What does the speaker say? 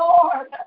Lord